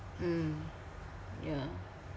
mm yeah